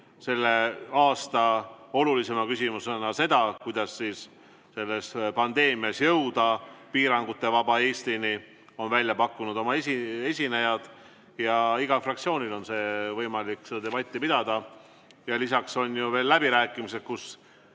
selle aasta olulisema küsimusena seda, kuidas pandeemias jõuda piirangutevaba Eestini, on välja pakkunud oma esinejad ja igal fraktsioonil on võimalik seda debatti pidada. Lisaks on ju veel läbirääkimised, kus